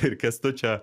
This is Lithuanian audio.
ir kęstučio